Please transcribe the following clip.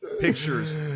pictures